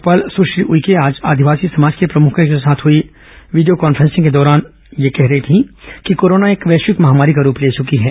राज्यपाल सुश्री उईके आज आदिवासी समाज के प्रमुखों के साथ हुई वीडियो कान्फ्रेंसिंग के दौरान राज्यपाल ने कहा कि कोरोना एक वैश्विक महामारी का रूप ले चुंकी है